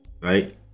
Right